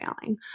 failing